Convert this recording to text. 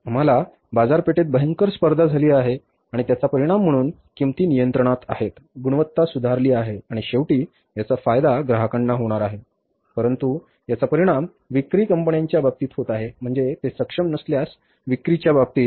आम्हाला बाजारपेठेत भयंकर स्पर्धा झाली आहे आणि त्याचा परिणाम म्हणून किंमती नियंत्रणात आहेत गुणवत्ता सुधारली आहे आणि शेवटी याचा फायदा ग्राहकांना होणार आहे परंतु याचा परिणाम विक्री कंपन्यांच्या बाबतीत होत आहे म्हणजे ते सक्षम नसल्यास विक्रीच्या बाबतीत